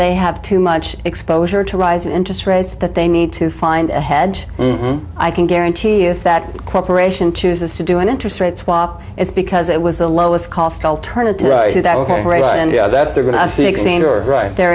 they have too much exposure to rise in interest rates that they need to find a hedge i can guarantee you that cooperation chooses to do an interest rate swap it's because it was the lowest cost alternative to th